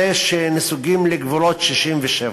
זה שנסוגים לגבולות 67',